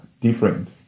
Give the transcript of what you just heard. Different